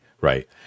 Right